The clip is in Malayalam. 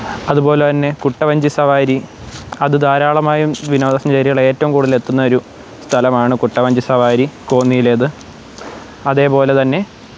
അതുപോലെ തന്നെ കുട്ടവഞ്ചി സവാരി അത് ധാരാളമായും വിനോദസഞ്ചാരികൾ ഏറ്റവും കൂടുതൽ എത്തുന്ന ഒരു സ്ഥലമാണ് കുട്ടവഞ്ചി സവാരി കോന്നിയിലേത് അതേപോലെ തന്നെ